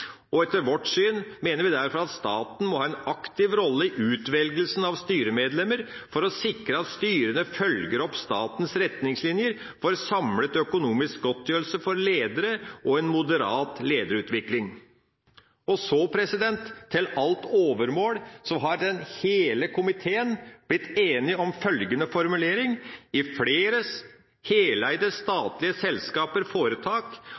Etter vårt syn mener vi derfor at «staten må ha en aktiv rolle i utvelgelsen av styremedlemmer for å sikre at styrene følger opp statens retningslinjer for samlet økonomisk godtgjørelse for ledere og en moderat lederlønnsutvikling.» Og så har til alt overmål hele komiteen blitt enig om følgende formulering: «I flere heleide